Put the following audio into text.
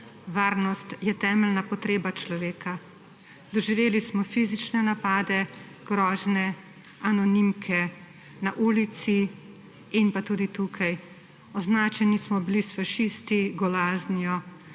Varnost je temeljna potreba človeka. Doživeli smo fizične napade, grožnje, anonimke na ulici in pa tudi tukaj. Označeni smo bili s fašisti, golaznijo